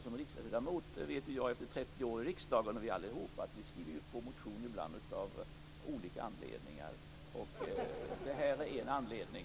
Som riksdagsledamot - det vet jag efter 30 år i riksdagen och det gäller oss allihop - skriver man av olika anledningar ibland under motioner. Det här är en anledning.